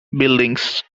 buildings